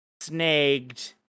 snagged